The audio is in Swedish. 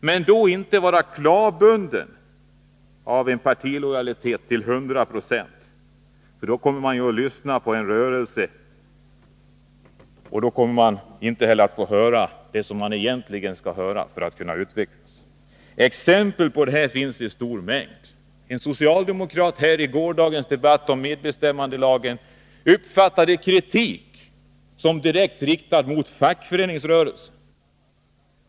Men den skall inte vara klavbunden av partilojalitet till hundra procent, för då kommer man ju att lyssna till en rörelse som på grund av denna lojalitet inte gör sig hörd. Man kommer inte att få höra det som man egentligen skall höra för att kunna utvecklas. Exempel på detta finns i stor mängd. En socialdemokrat menade i gårdagens debatt om medbestämmandelagen att kritik riktades direkt mot fackföreningsrörelsen.